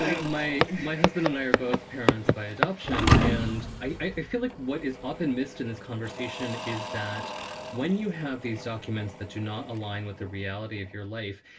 my my husband and i are both parents by adoption. and i feel like what is often missed in this conversation is that when you have these documents that do not align with the reality of your life,